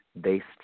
based